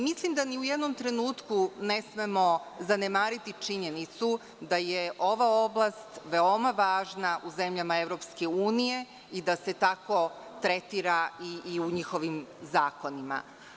Mislim da ni u jednom trenutku ne smemo zanemariti činjenicu da je ova oblast veoma važna u zemljama EU i da se tako tretira i u njihovim zakonima.